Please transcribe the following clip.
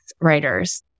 writers